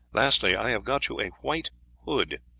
lastly, i have got you a white hood,